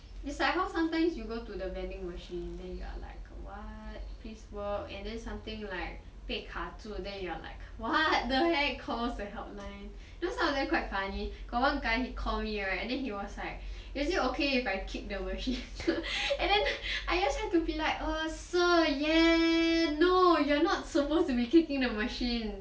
it's like how sometimes you go to the vending machine then you are like what please work and then something like 被卡住 then you are like what the heck calls the helpline because some of them quite funny got one guy he call me right and then he was like usually okay if I kick the machine and then I just have to be like err sir yes and no you're not supposed to be kicking the machine